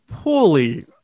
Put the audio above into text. poorly